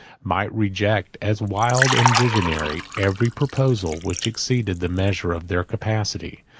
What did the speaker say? might reject, as wild and visionary, every proposal, which exceeded the measure of their capacity,